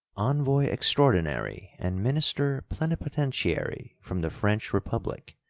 envoy extraordinary and minister plenipotentiary from the french republic,